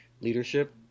Leadership